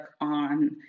on